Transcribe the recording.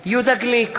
יהודה גליק,